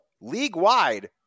league-wide